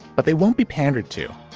but they won't be pandered to.